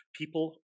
people